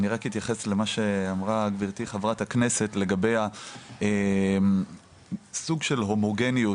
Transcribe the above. אני רק אתייחס למה שאמרה גברתי חברת הכנסת לגבי הסוג של הומוגניות